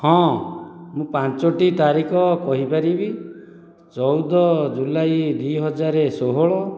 ହଁ ମୁଁ ପାଞ୍ଚୋଟି ତାରିଖ କହିପାରିବି ଚଉଦ ଜୁଲାଇ ଦୁଇ ହଜାର ଷୋହଳ